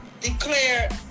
declared